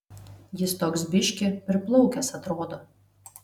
jis toks biškį priplaukęs atrodo